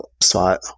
spot